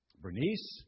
Bernice